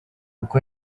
uko